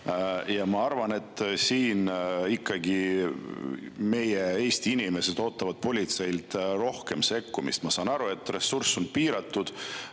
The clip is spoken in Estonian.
Ja ma arvan, et siin ikkagi meie Eesti inimesed ootavad politseilt rohkem sekkumist. Ma saan aru, et ressurss on piiratud,